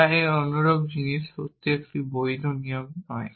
যা এর অনুরূপ জিনিস সত্যিই একটি বৈধ নিয়ম নয়